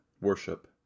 worship